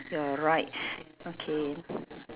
you're right okay